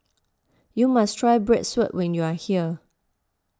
you must try Bratwurst when you are here